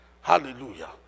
hallelujah